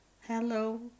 hello